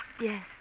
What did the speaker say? Yes